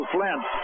Flint